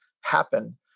happen